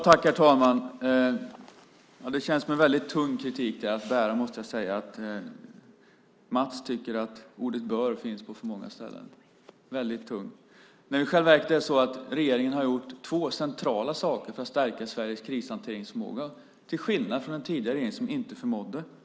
Herr talman! Det känns som en väldigt tung kritik att bära, måste jag säga. Mats Berglind tycker att ordet "bör" finns på för många ställen - väldigt tungt. I själva verket har regeringen gjort två centrala saker för att stärka Sveriges krishanteringsförmåga till skillnad från den tidigare regeringen som inte förmådde göra detta.